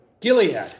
Gilead